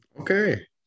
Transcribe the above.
Okay